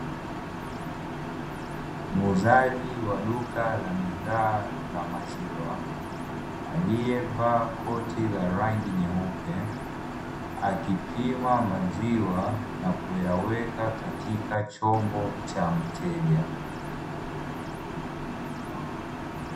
Muuzaji wa duka la bidhaa za maziwa, aliyevaa koti la rangi nyeupe, akipima maziwa na kuyaweka katika chombo cha mteja.